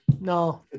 no